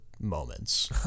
moments